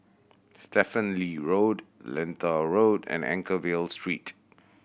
Stephen Lee Road Lentor Road and Anchorvale Street